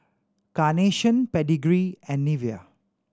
Carnation Pedigree and Nivea